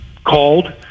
called